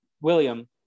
william